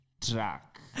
track